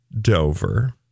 Dover